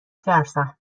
ترسم